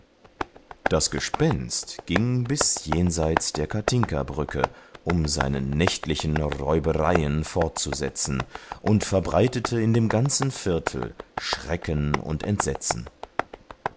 das gespenst ging bis jenseits der katinkabrücke um seine nächtlichen räubereien fortzusetzen und verbreitete in dem ganzen viertel schrecken und entsetzen